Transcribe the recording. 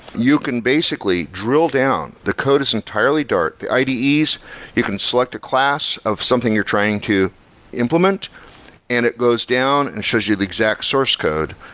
you can basically drill down. the code is entirely dart. the ide's, you can select a class of something you're trying to implement and it goes down and shows you the exact source code,